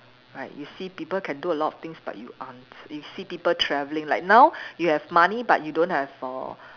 right you see people can do a lot of thing but you aren't you see people travelling like now you have money but you don't have err